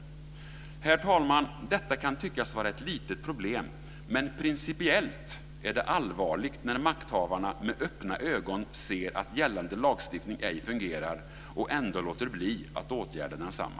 Herr talman! Detta kan tyckas vara ett litet problem, men principiellt är det allvarligt när makthavarna med öppna ögon ser att gällande lagstiftning ej fungerar och ändå låter bli att åtgärda densamma.